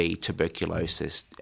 tuberculosis